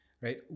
right